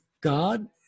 god